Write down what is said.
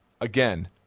Again